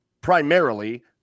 primarily